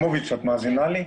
בבקשה.